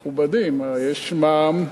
מכובדי, יש מע"מ,